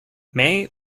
may